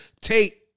Tate